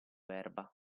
erba